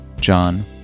John